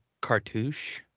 cartouche